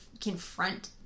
confront